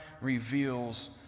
reveals